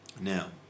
Now